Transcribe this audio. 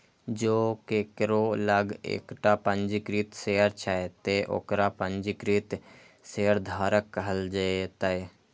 जों केकरो लग एकटा पंजीकृत शेयर छै, ते ओकरा पंजीकृत शेयरधारक कहल जेतै